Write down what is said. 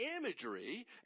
imagery